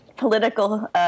Political